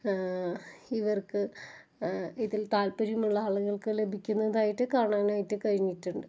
ഇവര്ക്ക് ഇതില് താല്പര്യമുള്ള ആളുകള്ക്ക് ലഭിക്കുന്നതായിട്ട് കാണാനായിട്ട് കഴിഞ്ഞിട്ടുണ്ട്